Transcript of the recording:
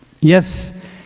Yes